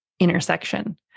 intersection